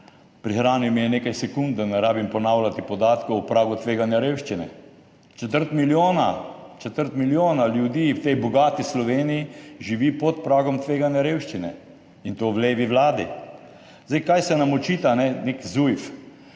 Prihranil mi je nekaj sekund, da ne rabim ponavljati podatkov o pragu tveganja revščine. Četrt milijona, četrt milijona ljudi v tej bogati Sloveniji živi pod pragom tveganja revščine, in to v levi vladi. Zdaj, kaj se nam očita? Nek Zujf.